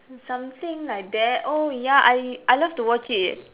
something like that oh ya I I love to watch it